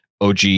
OG